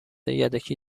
یدکی